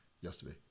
yesterday